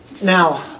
Now